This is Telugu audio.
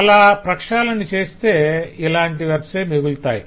అలాగా ప్రక్షాళన చేస్తే ఇలాంటి వెర్బ్స్ మిగులుతాయి